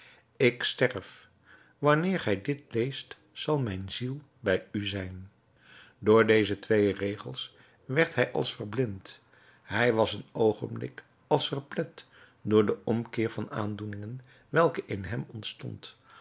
ik sterf wanneer gij dit leest zal mijn ziel bij u zijn door deze twee regels werd hij als verblind hij was een oogenblik als verplet door den omkeer van aandoeningen welke in hem ontstond